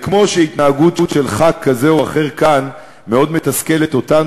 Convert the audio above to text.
כמו שהתנהגות של ח"כ כזה או אחר כאן מאוד מתסכלת אותנו